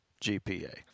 GPA